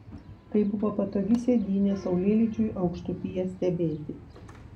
tai buvo patogi sėdynė saulėlydžiui aukštupyje stebėti